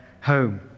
home